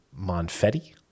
Monfetti